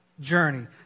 journey